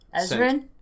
Ezrin